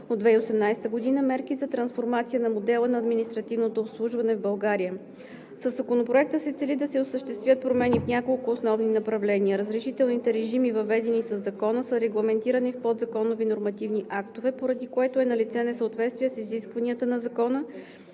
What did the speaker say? от 2018 г. мерки за трансформация на модела на административното обслужване в България. Със Законопроекта се цели да се осъществят промени в няколко основни направления. Разрешителните режими, въведени със Закона, са регламентирани в подзаконови нормативни актове, поради което е налице несъответствие с изискванията на Закона